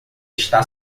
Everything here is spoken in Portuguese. está